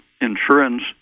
insurance